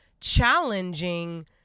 challenging